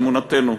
אמונתנו,